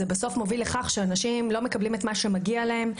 בסוף זה מוביל לכך שאנשים לא מקבלים את מה שמגיע להם,